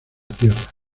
tierra